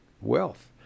wealth